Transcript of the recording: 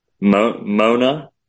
mona